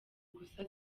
gusa